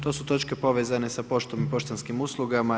To su točke povezane sa poštom i poštanskim uslugama.